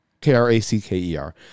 k-r-a-c-k-e-r